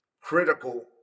critical